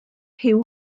huw